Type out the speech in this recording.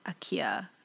Akia